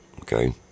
okay